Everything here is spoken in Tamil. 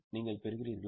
நீங்கள் பெறுகிறீர்களா